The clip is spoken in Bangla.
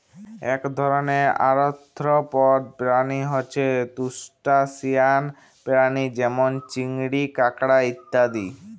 এক ধরণের আর্থ্রপড প্রাণী হচ্যে ত্রুসটাসিয়ান প্রাণী যেমল চিংড়ি, কাঁকড়া ইত্যাদি